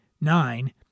Nine